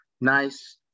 nice